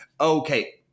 okay